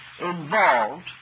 involved